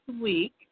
week